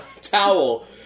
towel